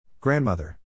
Grandmother